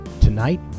Tonight